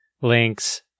links